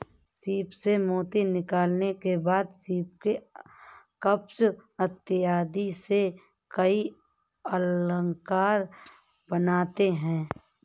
सीप से मोती निकालने के बाद सीप के कवच इत्यादि से कई अलंकार बनते हैं